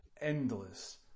endless